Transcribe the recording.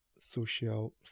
social